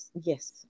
Yes